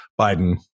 biden